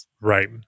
Right